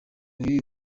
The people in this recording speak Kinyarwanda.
y’uyu